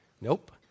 Nope